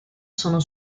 sono